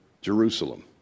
Jerusalem